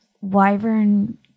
wyvern